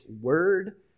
word